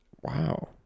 Wow